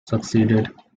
succeeded